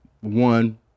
one